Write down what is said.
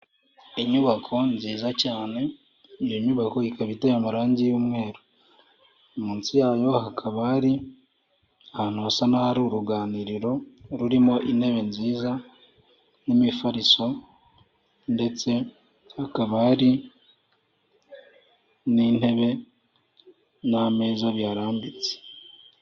Inyubako nziza cyane iyo nyubako ikaba iteye amarangi y'umweru, munsi yayo hakaba hari ahantu hasa n'ahari uruganiriro rurimo intebe nziza n'imifariso ndetse hakaba hari n'intebe n'ameza biharambitse.